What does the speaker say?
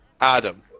Adam